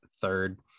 third